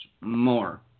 more